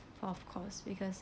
of course because